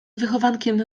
wychowankiem